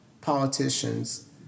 politicians